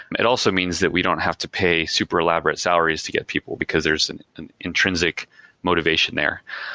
it also means that we don't have to pay super elaborate salaries to get people, because there's an an intrinsic motivation there.